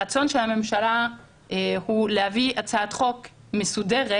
הרצון של הממשלה הוא להביא הצעת חוק מסודרת